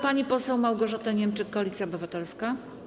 Pani poseł Małgorzata Niemczyk, Koalicja Obywatelska.